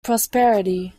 prosperity